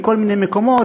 מכל מיני מקומות,